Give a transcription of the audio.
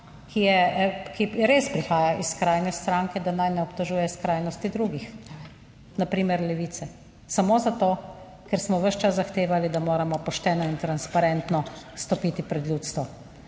je, res prihaja iz skrajne stranke, da naj ne obtožuje skrajnosti drugih, na primer Levice, samo zato, ker smo ves čas zahtevali, da moramo pošteno in transparentno stopiti pred ljudstvo.